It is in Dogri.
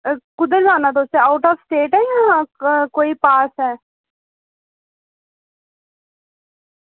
ओह् कुद्धर जाना तुसें आउट आफ स्टेट ऐ जां कोई पास ऐ